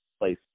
place